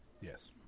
Yes